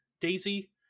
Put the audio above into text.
Daisy